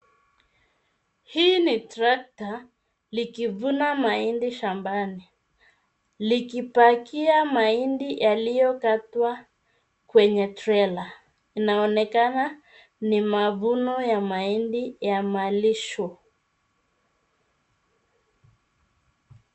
Hii ni trakta, likivuna mahindi shambani, likipakia mahindi yaliyokatwa kwenye trela. Inaonekana ni mavuno ya mahindi ya malisho.